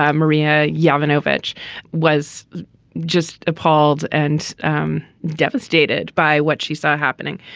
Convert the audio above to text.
um marina yeah ivanovich was just appalled and um devastated by what she saw happening.